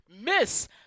Miss